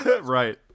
Right